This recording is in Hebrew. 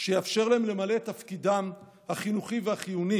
שיאפשר להם למלא את תפקידם החינוכי והחיוני